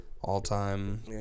all-time